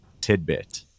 tidbit